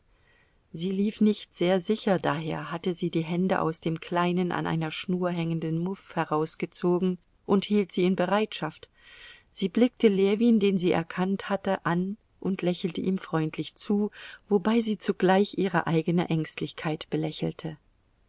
sie lief nicht sehr sicher daher hatte sie die hände aus dem kleinen an einer schnur hängenden muff herausgezogen und hielt sie in bereitschaft sie blickte ljewin den sie erkannt hatte an und lächelte ihm freundlich zu wobei sie zugleich ihr eigene ängstlichkeit belächelte